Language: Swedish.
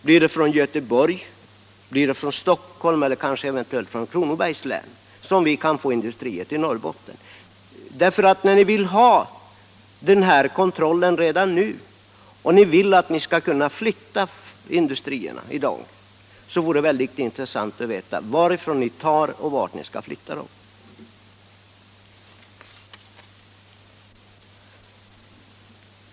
Blir det från Göteborg, från Stockholm eller kanske från Kronobergs län som vi kommer att få industrier till Norrbotten? Eftersom ni nu har deklarerat att ni vill ha denna kontroll redan nu och att ni vill kunna flytta industrierna är jag intresserad av att veta varifrån ni tar dem och vart ni skall flytta dem.